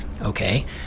Okay